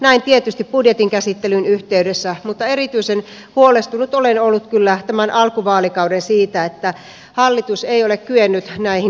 näin tietysti budjetin käsittelyn yhteydessä mutta erityisen huolestunut olen ollut kyllä tämän alkuvaalikauden siitä että hallitus ei ole kyennyt näihin rakenneuudistuksiin